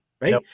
right